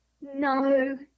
No